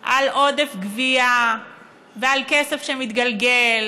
על עודף גבייה ועל כסף שמתגלגל